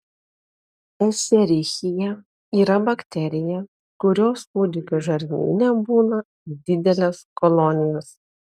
ešerichija yra bakterija kurios kūdikių žarnyne būna didelės kolonijos